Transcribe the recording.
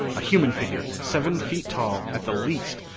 a human figure, seven feet tall at the least,